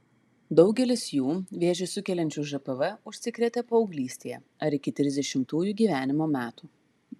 daugelis jų vėžį sukeliančiu žpv užsikrėtė paauglystėje ar iki trisdešimtųjų gyvenimo metų